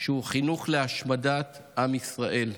שהוא חינוך להשמדת עם ישראל,